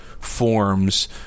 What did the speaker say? forms